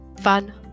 fun